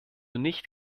nicht